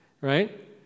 right